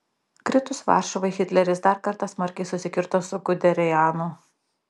kritus varšuvai hitleris dar kartą smarkiai susikirto su guderianu